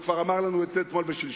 הוא כבר אמר לנו את זה אתמול ושלשום,